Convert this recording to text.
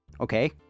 okay